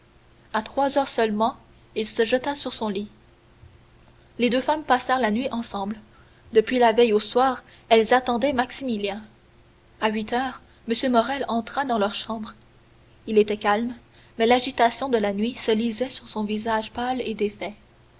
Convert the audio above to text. à trois heures seulement il se jeta sur son lit les deux femmes passèrent la nuit ensemble depuis la veille au soir elles attendaient maximilien à huit heures m morrel entra dans leur chambre il était calme mais l'agitation de la nuit se lisait sur son visage pâle et défait